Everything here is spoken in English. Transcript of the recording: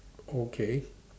okay